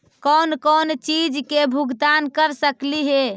कौन कौन चिज के भुगतान कर सकली हे?